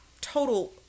total